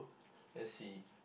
let's see